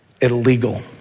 illegal